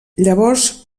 llavors